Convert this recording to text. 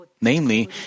Namely